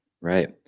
Right